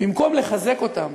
במקום לחזק אותם,